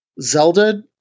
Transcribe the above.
Zelda